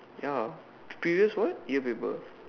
ya the previous what year paper